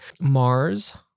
Mars